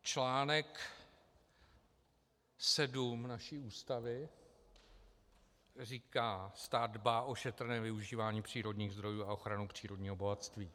Článek 7 naší Ústavy říká: Stát dbá o šetrné využívání přírodních zdrojů a ochranu přírodního bohatství.